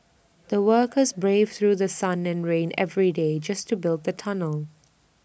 the workers braved through The Sun and rain every day just to build the tunnel